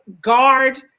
guard